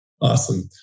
Awesome